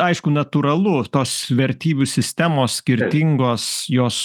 aišku natūralu tos vertybių sistemos skirtingos jos